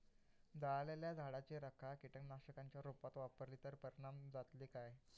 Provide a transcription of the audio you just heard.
जळालेल्या झाडाची रखा कीटकनाशकांच्या रुपात वापरली तर परिणाम जातली काय?